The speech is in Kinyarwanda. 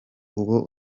uwo